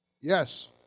yes